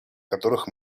которых